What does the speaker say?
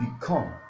become